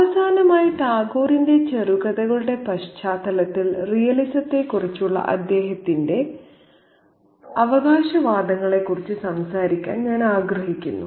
അവസാനമായി ടാഗോറിന്റെ ചെറുകഥകളുടെ പശ്ചാത്തലത്തിൽ റിയലിസത്തെക്കുറിച്ചുള്ള അദ്ദേഹത്തിന്റെ അവകാശവാദങ്ങളെക്കുറിച്ച് സംസാരിക്കാൻ ഞാൻ ആഗ്രഹിക്കുന്നു